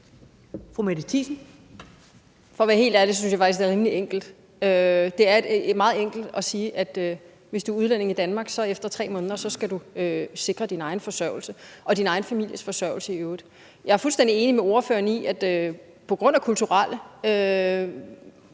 For at være helt ærlig synes jeg faktisk, det er rimelig enkelt. Det er meget enkelt at sige, at hvis du er udlænding i Danmark, skal du efter 3 måneder sikre din egen forsørgelse og din egen families forsørgelse i øvrigt. Jeg er fuldstændig enig med ordføreren i, at på grund af kulturelle